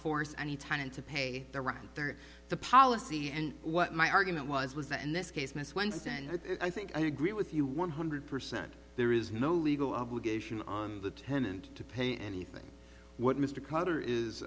force any tended to pay the right there in the policy and what my argument was was that in this case miss once and i think i agree with you one hundred percent there is no legal obligation on the tenant to pay anything what mr carter is